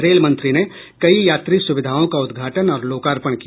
रेलमंत्री ने कई यात्री सुविधाओं का उद्घाटन और लोकार्पण किया